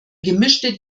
gemischte